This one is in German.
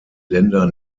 länder